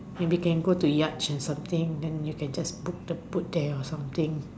and maybe we can go to yacht and something then you can just book the boat there or something